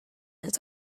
his